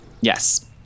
Yes